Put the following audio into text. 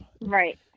Right